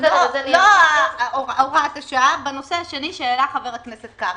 לא הוראת השעה בנושא השני שהעלה חבר הכנסת קרעי.